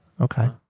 okay